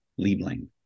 Liebling